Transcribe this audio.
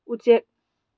ꯎꯆꯦꯛ